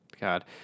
God